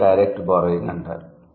దీనిని direct borrowing అంటారు